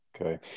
Okay